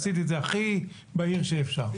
עשיתי את זה הכי בהיר שאפשר.